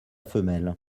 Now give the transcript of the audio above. femelle